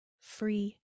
free